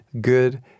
good